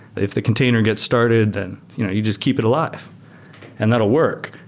if the container gets started, then you just keep it alive and that'll work,